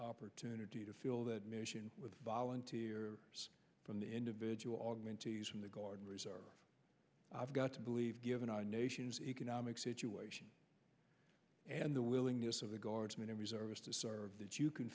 opportunity to feel that mission with a volunteer from the individual augmentee from the guard and reserve i've got to believe given our nation's economic situation and the willingness of the guardsmen and reservists to serve that you can